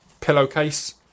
pillowcase